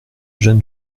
jeune